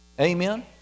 Amen